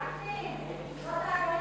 וקנין, זאת,